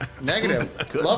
Negative